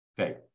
Okay